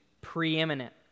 preeminent